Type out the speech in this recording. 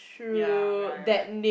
ya right right right